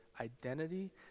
identity